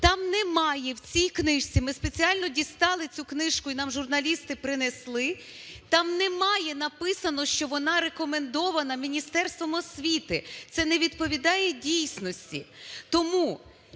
Там немає в цій книжці, ми спеціально дістали цю книжку, і нам журналісти принесли, там немає написано, що вона рекомендована Міністерством освіти. Це не відповідає дійсності.